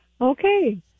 Okay